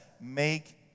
make